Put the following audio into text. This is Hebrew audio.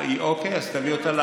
אז תעבירי אותה,